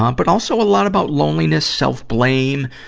um but, also, a lot about loneliness, self-blame,